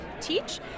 teach